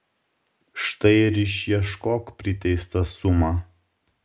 štai ir išieškok priteistą sumą